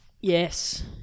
Yes